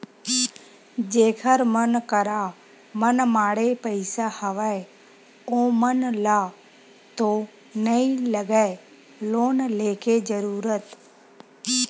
जेखर मन करा मनमाड़े पइसा हवय ओमन ल तो नइ लगय लोन लेके जरुरत